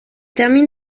termine